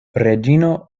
reĝino